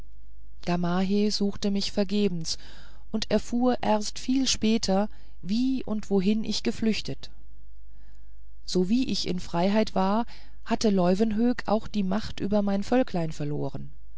gamaheh suchte mich vergebens und erfuhr erst viel später wie und wohin ich geflüchtet sowie ich in freiheit war hatte leuwenhoek auch die macht über mein völklein verloren